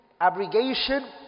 Abrogation